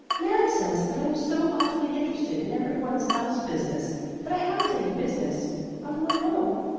nan says that i am so awfully interested in every one's else business that i haven't any business of my own.